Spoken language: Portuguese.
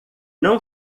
não